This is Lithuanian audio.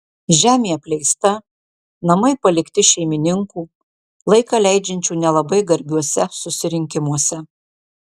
žemė apleista namai palikti šeimininkų laiką leidžiančių nelabai garbiuose susirinkimuose